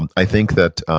and i think that